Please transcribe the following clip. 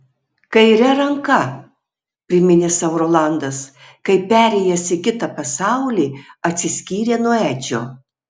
kaire ranka priminė sau rolandas kai perėjęs į kitą pasaulį atsiskyrė nuo edžio